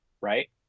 Right